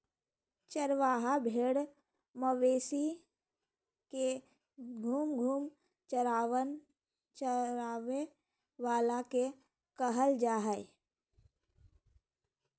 चरवाहा भेड़ मवेशी के घूम घूम जानवर चराबे वाला के कहल जा हइ